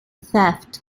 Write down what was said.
theft